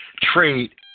trade